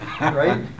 Right